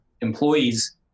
employees